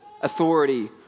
authority